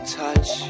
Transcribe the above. touch